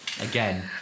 again